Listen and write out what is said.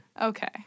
Okay